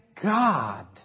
God